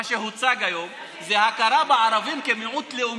מה שהוצג היום, זה הכרה בערבים כמיעוט לאומי.